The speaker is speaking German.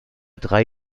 drei